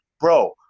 bro